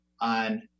on